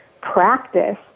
practice